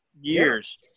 years